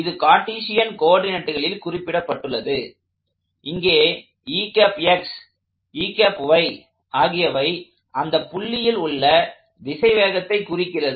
இது கார்ட்டீசியன் கோஆர்டினேட்களில் குறிப்பிடப்பட்டுள்ளது இங்கே ஆகியவை அந்தப் புள்ளியில் உள்ள திசைவேகத்தை குறிக்கிறது